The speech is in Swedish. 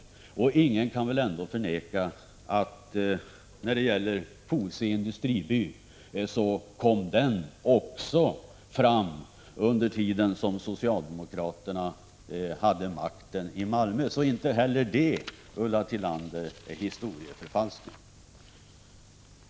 Ingen kan väl ändå förneka att Fosie industriby också kom till under den tid socialdemokraterna hade makten i Malmö. Inte heller det är historieförfalskning, Ulla Tillander.